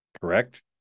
Correct